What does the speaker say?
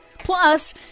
Plus